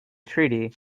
treaty